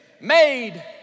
made